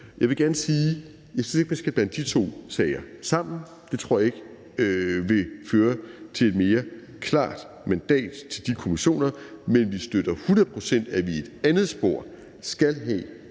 jeg ikke synes, at man skal blande de to sager sammen; det tror jeg ikke vil føre til et mere klart mandat til de kommissioner. Men vi støtter hundrede procent, at vi i et andet spor skal have